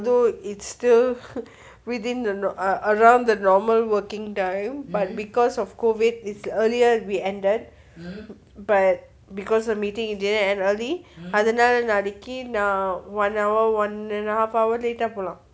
though it's still within the around the normal working time but because of COVID is earlier we ended but because a meeting it didn't end early அதனால நாளைக்கு நா:athanaala nalaikku na one hour one and half hour late ah போலாம்:polaam